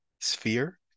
sphere